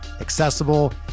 accessible